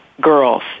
girls